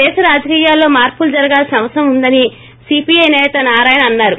దేశరాజకీయాల్లో మార్పులు జరగాల్సిన అవసరం ఉందని సీపీఐ సేత నారాయణ అన్నారు